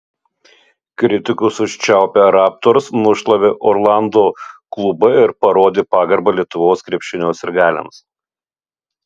kritikus užčiaupę raptors nušlavė orlando klubą ir parodė pagarbą lietuvos krepšinio sirgaliams